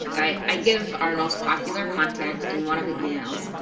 i give our most popular content in one of the emails,